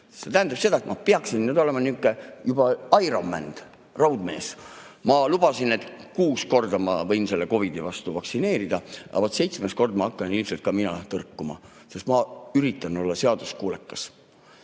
See tähendab seda, et ma peaksin nüüdseks olema juba Ironman, Raudmees. Ma lubasin, et kuus korda ma võin selle COVID‑i vastu vaktsineerida, aga vaat seitsmes kord hakkan ilmselt ka mina tõrkuma, kuigi ma üritan olla seaduskuulekas.